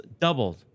doubled